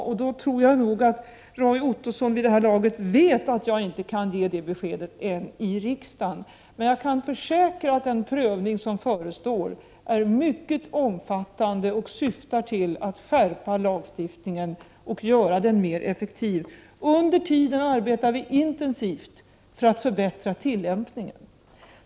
Jag tror nog Roy Ottosson vid det här laget vet att jag då inte ännu kan ge det beskedet i riksdagen — men jag kan försäkra att den prövning som förestår är mycket omfattande och syftar till att skärpa lagstiftningen och göra den mer effektiv. Under tiden arbetar vi intensivt för att förbättra tillämpningen.